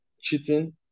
cheating